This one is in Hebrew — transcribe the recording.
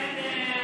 בסדר.